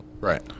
Right